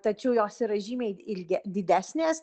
tačiau jos yra žymiai ilge didesnės